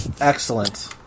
excellent